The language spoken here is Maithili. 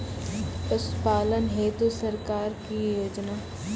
पशुपालन हेतु सरकार की योजना?